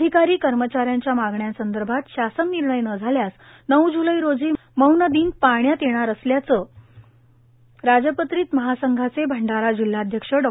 अधिकारी कर्मचाऱ्यांच्या मागण्या संदर्भात शासन निर्णय न झाल्यास नऊ जुलै रोजी मौन दिन पाळण्यात येणार असल्याचं राजपत्रित महासंघाचे भंडारा जिल्हाध्यक्ष डॉ